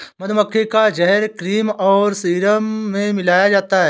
मधुमक्खी का जहर क्रीम और सीरम में मिलाया जाता है